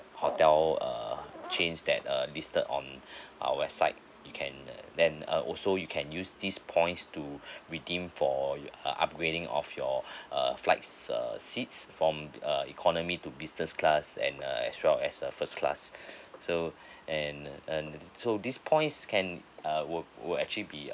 hotel err chains that err listed on our website you can uh then uh also you can use this points to redeem for your uh upgrading of your err flights err seats from uh economy to business class and uh as well as uh first class so and uh so these points can err would would actually be